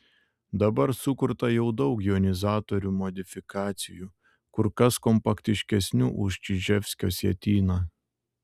dabar sukurta jau daug jonizatorių modifikacijų kur kas kompaktiškesnių už čiževskio sietyną